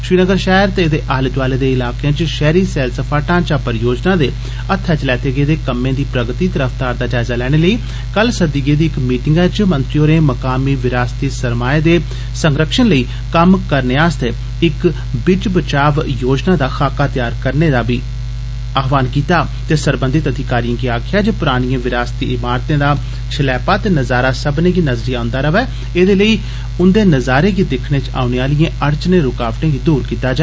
श्रीनगर पैहर ते एहदे आले दोआले दे इलाके च पैहरी सैलसफा ढ़ांचा परियोजना दे हत्थे च लैते गेदे कम्में दी प्रगति ते रफ्तार दा जायजा लैने लेई कल सद्दी गेदी इक मीटिंगै च मंत्री होरें मकामी विरासती सरमाएं दे संरक्षण लेई कम्म करने आस्ते इक बिच बचाव योजना दा खाका तैयार करने पर बी जोर दित्ता ते सरबंधित अधिकारिएं गी आक्खेआ जे पुरानिएं विरासती इमारतें दा छलैपा ते नजारा सब्मनें गी नजरी औंदा र'वै एहदे लेई उन्दे नजारे गी दिक्खने च औने आलिए अड़चने रूकावटें गी दूर कीता जा